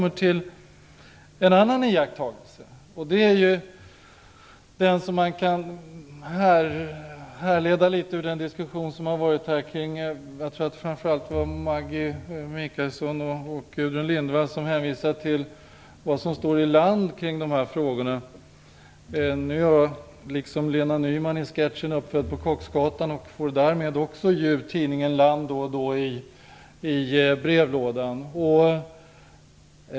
En annan iakttagelse kan härledas ur den diskussion som har förts här tidigare. Jag tror att det var framför allt Maggi Mikaelsson och Gudrun Lindvall som hänvisade till vad som står i Land kring dessa frågor. Nu är jag liksom Lena Nyman i sketchen uppfödd på Kocksgatan och får därmed också tidningen Land då och då i brevlådan.